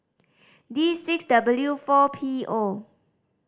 D six W four P O